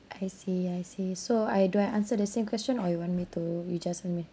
I see I see so I do I answer the same question or you want me to you just make me